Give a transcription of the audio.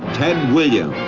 ted williams,